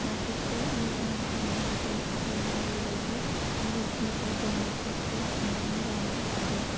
नाफोरखौ मोजां बाहायनो हागोन आरो नांगौबायदि नांगौखिनिखौ जों नाफोरखौ हमनानै लानो हागोन